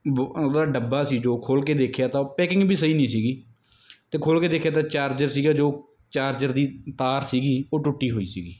ਬੋ ਉਹਦਾ ਡੱਬਾ ਸੀ ਜੋ ਖੋਲ੍ਹ ਕੇ ਦੇਖਿਆ ਤਾਂ ਉਹ ਪੈਕਿੰਗ ਵੀ ਸਹੀ ਨਹੀਂ ਸੀਗੀ ਅਤੇ ਖੋਲ੍ਹ ਕੇ ਦੇਖਿਆ ਤਾਂ ਚਾਰਜਰ ਸੀਗਾ ਜੋ ਚਾਰਜਰ ਦੀ ਤਾਰ ਸੀਗੀ ਉਹ ਟੁੱਟੀ ਹੋਈ ਸੀਗੀ